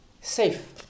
safe